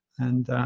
and um,